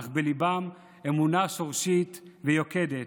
אך בליבם אמונה שורשית ויוקדת.